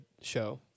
show